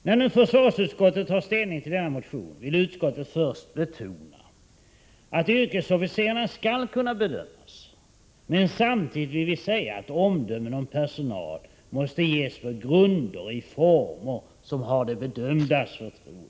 När nu försvarsutskottet tar ställning till denna motion vill utskottet först betona att yrkesofficerarna skall kunna bedömas. Men samtidigt vill vi säga att omdömen om personal måste ges på grunder och i former som de bedömda har förtroende för.